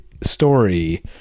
story